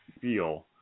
feel